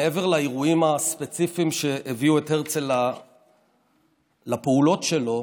מעבר לאירועים הספציפיים שהביאו את הרצל לפעולות שלו,